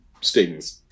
stings